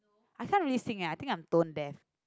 I can't really sing eh I think I'm tone deaf